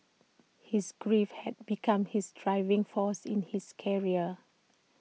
his grief had become his driving force in his career